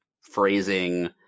phrasing